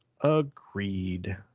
Agreed